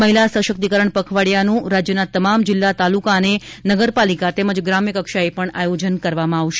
મહિલા સશક્તિકરણ પખવાડિયાનું રાજ્યના તમામ જિલ્લા તાલુકા અને નગરપાલિકા તેમજ ગ્રામ્ય કક્ષાએ પણ આયોજન કરવામાં આવશે